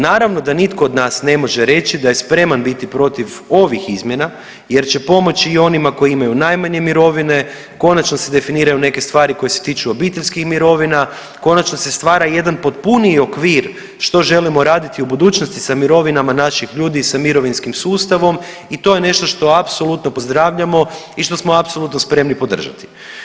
Naravno da nitko od nas ne može reći da je spreman biti protiv ovih izmjena, jer će pomoći i onima koji imaju najmanje mirovine, konačno se definiraju neke stvari koje se tiču obiteljskih mirovina, konačno se stvara jedan potpuniji okvir što želimo raditi u budućnosti sa mirovinama naših ljudi i sa mirovinskim sustavom i to je nešto što apsolutno pozdravljamo i što smo apsolutno spremni podržati.